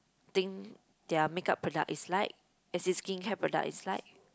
think their makeup product is like as in skincare product is like